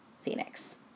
Phoenix